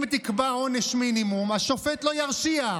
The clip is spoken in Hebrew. אם תקבע עונש מינימום, השופט לא ירשיע.